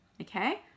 okay